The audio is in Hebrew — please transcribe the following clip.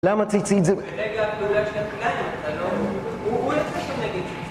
למה ציצית זה...